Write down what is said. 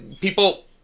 people